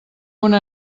una